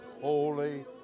holy